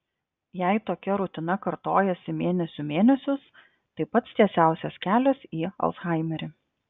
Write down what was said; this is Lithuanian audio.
jei tokia rutina kartojasi mėnesių mėnesius tai pats tiesiausias kelias į alzhaimerį